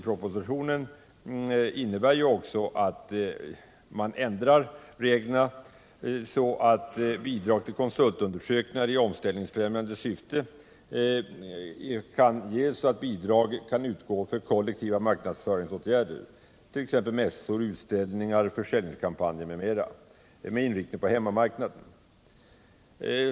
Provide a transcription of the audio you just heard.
Propositionens förslag innebär att reglerna för bidrag till konsultundersökningar i omställningsfrämjande syfte ändras så att bidrag kan ges för kollektiva marknadsföringsåtgärder, t.ex. mässor, utställningar och försäljningskampanjer med inriktning på hemmamarknaden.